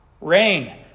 Rain